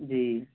जी